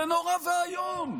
זה נורא ואיום.